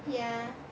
ya